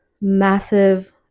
Massive